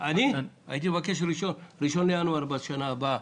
הייתי מבקש לקבוע כאן את 1 בינואר בשנה הבאה,